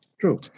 True